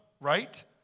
right